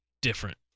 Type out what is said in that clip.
different